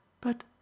But